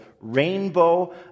rainbow